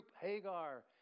Hagar